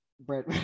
bread